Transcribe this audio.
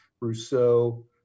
Rousseau